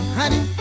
honey